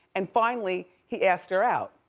and finally, he asked her out.